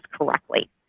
correctly